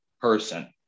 person